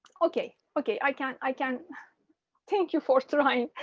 ok, ok, i can't i can't take your foster home,